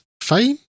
fine